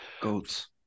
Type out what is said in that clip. Goats